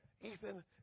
Ethan